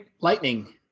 Lightning